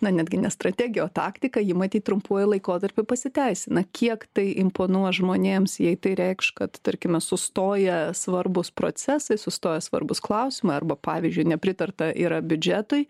na netgi ne strategija o taktika ji matyt trumpuoju laikotarpiu pasiteisina kiek tai imponuoja žmonėms jei tai reikš kad tarkime sustoja svarbūs procesai sustoja svarbūs klausimai arba pavyzdžiui nepritarta yra biudžetui